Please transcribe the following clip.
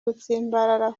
gutsimbarara